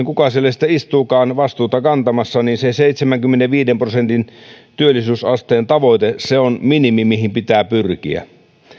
kuka siellä sitten istuukaan vastuuta kantamassa se seitsemänkymmenenviiden prosentin työllisyysasteen tavoite on minimi mihin pitää pyrkiä